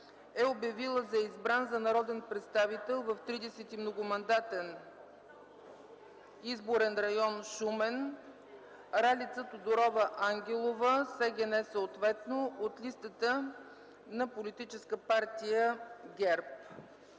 е обявила за избран за народен представител в 30. многомандатен изборен район Шумен Ралица Тодорова Ангелова, с ЕГН…, от листата на Политическа партия ГЕРБ.